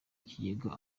ikigega